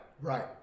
Right